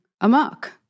amok